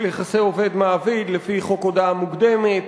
יחסי עובד מעביד לפי חוק הודעה מוקדמת,